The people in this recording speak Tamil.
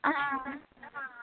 ஆ ஆ ஆ